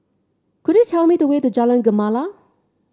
could you tell me the way to Jalan Gemala